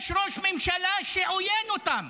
יש ראש ממשלה שעוין כלפיהם.